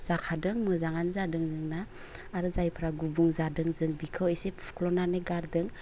जाखादों मोजाङानो जादों जोंना आरो जायफ्रा गुबुं जादों जों बेखौ एसे फुख्लनानै गारदों